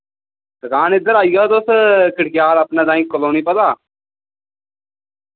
दुकान इद्धर आई जाओ तुस खड़गयाल अपने ताईं क्लोनी पता